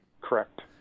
Correct